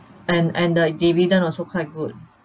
and and the dividend also quite good